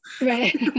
Right